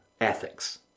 ethics